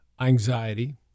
anxiety